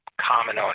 common